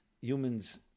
humans